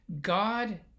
God